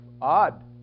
odd